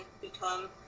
become